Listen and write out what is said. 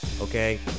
okay